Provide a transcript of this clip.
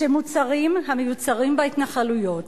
שמוצרים המיוצרים בהתנחלויות